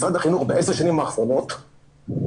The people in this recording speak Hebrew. משרד החינוך ב-10 השנים האחרונות טיפל